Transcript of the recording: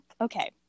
okay